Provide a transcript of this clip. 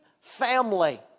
family